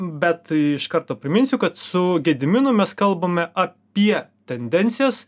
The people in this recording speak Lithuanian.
bet iš karto priminsiu kad su gediminu mes kalbame apie tendencijas